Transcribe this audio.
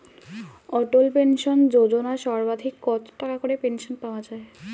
অটল pension Yojana সর্বাধিক কত টাকা করে পেনশন পাওয়া যায়?